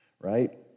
right